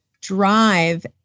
drive